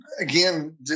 again